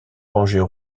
rangées